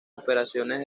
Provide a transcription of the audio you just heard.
operaciones